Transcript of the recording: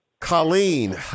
Colleen